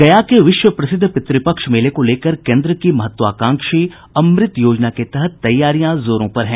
गया के विश्व प्रसिद्ध पितृपक्ष मेले को लेकर केंद्र की महत्वाकांक्षी अमृत योजना के तहत तैयारियां जोरों पर है